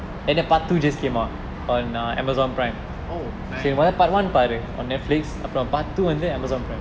oh nice